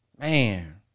Man